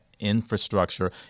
infrastructure